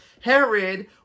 Herod